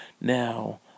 Now